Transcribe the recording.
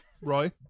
Roy